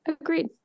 Agreed